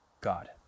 God